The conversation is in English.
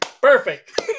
Perfect